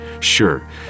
Sure